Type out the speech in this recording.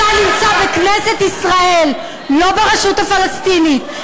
אתה נמצא בכנסת ישראל, לא ברשות הפלסטינית.